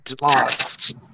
lost